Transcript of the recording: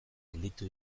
gainditu